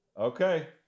Okay